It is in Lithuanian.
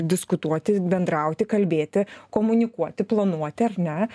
diskutuoti bendrauti kalbėti komunikuoti planuoti ar ne